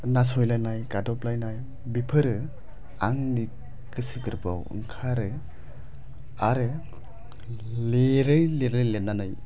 नासयलायनाय गादबलायनाय बेफोरो आंनि गोसो गोरबोयाव ओंखारो आरो लिरै लिरै लिरनानै